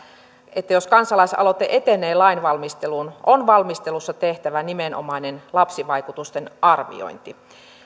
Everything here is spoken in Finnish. että jos kansalaisaloite etenee lainvalmisteluun on valmistelussa tehtävä nimenomainen lapsivaikutusten arviointi